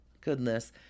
Goodness